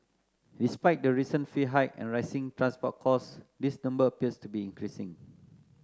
despite the recent fee hike and rising transport costs this number appears to be increasing